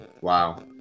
Wow